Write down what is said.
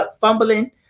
fumbling